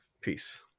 Peace